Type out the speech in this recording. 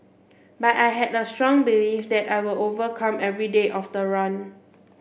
but I had a strong belief that I will overcome every day of the run